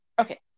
Okay